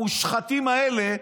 המושחתים האלה,